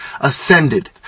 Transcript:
ascended